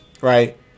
right